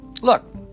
Look